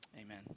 Amen